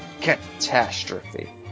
Catastrophe